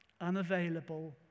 unavailable